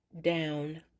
down